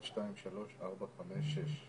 שישה.